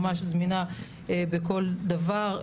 ממש זמינה בכל דבר,